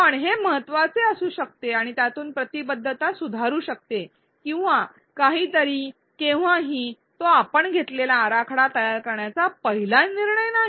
असो हे महत्त्वपूर्ण असू शकते आणि यामुळे व्यस्तता किंवा काहीतरी सुधारू शकते जे कधीकधी ते नव्हते तो आपण घेतलेला आराखडा तयार करण्याचा पहिला निर्णय नाही